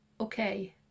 okay